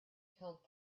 held